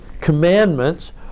commandments